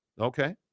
Okay